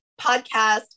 podcast